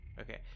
Okay